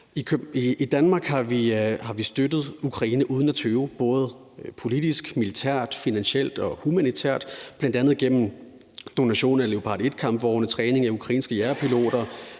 I Danmark har vi støttet Ukraine uden at tøve både politisk, militært, finansielt og humanitært, bl.a. gennem donationer af Leopard 1-kampvogne og træning af ukrainske jagerpiloter.